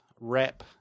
wrap